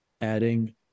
adding